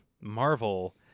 Marvel